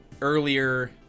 earlier